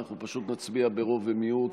אנחנו פשוט נצביע ברוב ומיעוט,